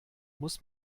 muss